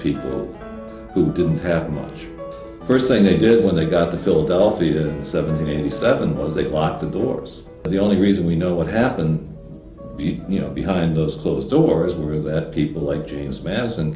people who didn't have much first thing they did when they got the philadelphia seventy seven was they locked the doors the only reason we know what happened you know behind those closed doors were that people like james madison